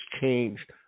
changed